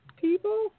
people